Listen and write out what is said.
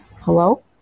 Hello